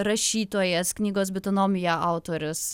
rašytojas knygos bitonomija autorius